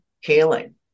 healing